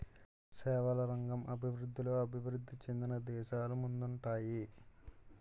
సేవల రంగం అభివృద్ధిలో అభివృద్ధి చెందిన దేశాలు ముందుంటాయి